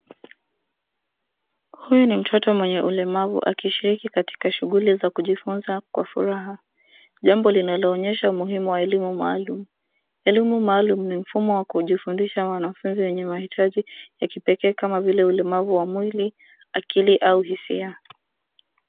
Huyu ni mtoto mwenye ulemavu akishiriki katika shughuli za kujifunza kwa furaha, jambo linaloonyesha umuhimu wa elimu maalum. Elimu maalum ni mfumo wa kujifundisha wanafunzi wenye mahitaji ya kipekee kama vile ulemavu wa mwili, akili au hisia.